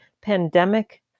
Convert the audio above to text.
Pandemic